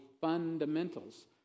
fundamentals